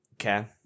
Okay